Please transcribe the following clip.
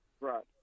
Right